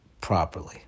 properly